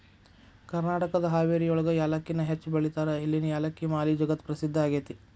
ಕರ್ನಾಟಕದ ಹಾವೇರಿಯೊಳಗ ಯಾಲಕ್ಕಿನ ಹೆಚ್ಚ್ ಬೆಳೇತಾರ, ಇಲ್ಲಿನ ಯಾಲಕ್ಕಿ ಮಾಲಿ ಜಗತ್ಪ್ರಸಿದ್ಧ ಆಗೇತಿ